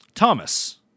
Thomas